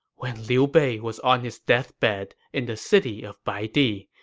when liu bei was on his deathbed in the city of baidi,